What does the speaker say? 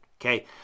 okay